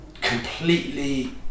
completely